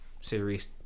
series